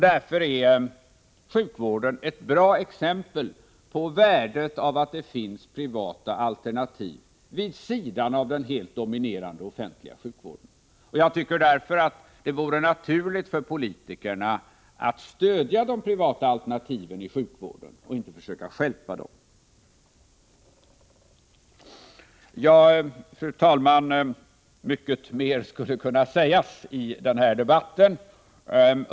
Därför är sjukvården ett bra exempel på värdet av att det finns privata alternativ vid sidan om den helt dominerande offentliga sjukvården. Jag tycker därför att det vore naturligt för politikerna att stödja de privata alternativen i sjukvården och inte försöka stjälpa dem. Fru talman! Mycket mer skulle kunna sägas i den här debatten.